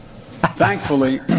Thankfully